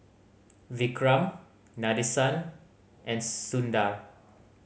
Vikram Nadesan and Sundar